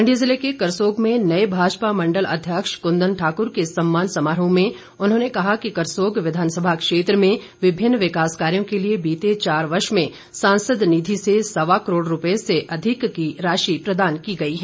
मंडी जिले के करसोग में नए भाजपा मण्डल अध्यक्ष कुन्दन ठाकुर के सम्मान समारोह में उन्होंने कहा कि करसोग विधानसभा क्षेत्र में विभिन्न विकास कार्यो के लिए बीते चार वर्ष में सांसद निधि से सवा करोड़ रूपए से अधिक की राशि प्रदान की गई है